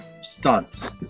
stunts